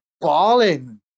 balling